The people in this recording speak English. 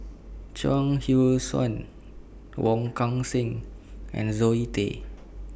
Chuang Hui Tsuan Wong Kan Seng and Zoe Tay